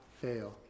fail